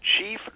Chief